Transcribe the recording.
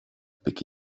pick